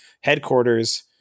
headquarters